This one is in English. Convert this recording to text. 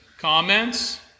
comments